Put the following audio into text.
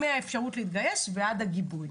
בכול, מהאפשרות להתגייס ועד הגיבוי.